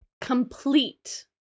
Complete